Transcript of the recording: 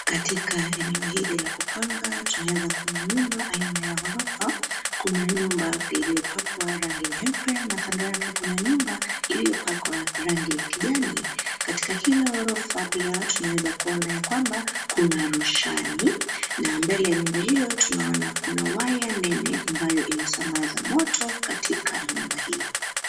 Katika eneo hili la kupanga tunaweza kuona nyumba aina ya ghorofa. Kuna nyumba hapa iliyopakwa rangi nyeupe na kando yake kuna nyumba iliyopakwa rangi ya kijani. Katika kila ghorofa pia tunaweza kuona ya kwamba kuna roshani na mbele ya nyumba hiyo tunaona kuna waya nene ambayo inasambaza moto katika nyumba hiyo.